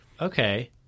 Okay